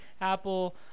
Apple